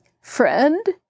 Friend